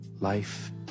Life